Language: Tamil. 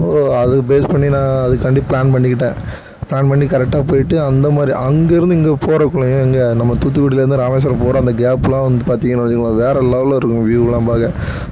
அது பேஸ் பண்ணி நான் அதுக்காண்டி நான் ப்ளான் பண்ணிக்கிட்டேன் ப்ளான் பண்ணி கரெக்டாக போய்ட்டு அந்தமாதிரி அங்கேருந்து இங்கே போகிறக்குள்ளயே எங்கே நம்ம தூத்துக்குடியிலருந்து ராமேஸ்வரம் போகிற அந்த கேப்லாம் வந்து பார்த்திங்கன்னா வச்சுக்கங்களேன் வேற லெவெல்லருக்கும் வியூவ்லாம் பார்க்க